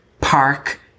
park